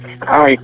Hi